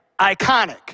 Iconic